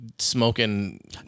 Smoking